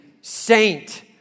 saint